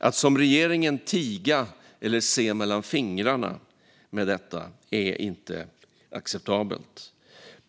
Att som regeringen tiga eller se mellan fingrarna när det gäller detta är inte acceptabelt.